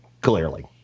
clearly